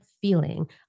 feeling